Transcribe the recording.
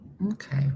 Okay